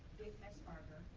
mesberger,